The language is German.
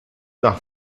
nach